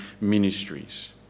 ministries